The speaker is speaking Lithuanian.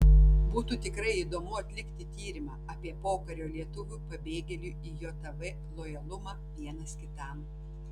būtų tikrai įdomu atlikti tyrimą apie pokario lietuvių pabėgėlių į jav lojalumą vienas kitam